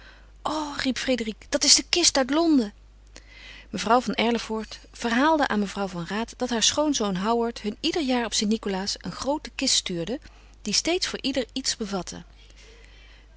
o riep frédérique dat is de kist uit londen mevrouw van erlevoort verhaalde aan mevrouw van raat dat haar schoonzoon howard hun ieder jaar op st nicolaas eene groote kist stuurde die steeds voor ieder iets bevatte